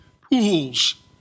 pools